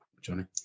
Johnny